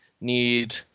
need